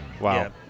Wow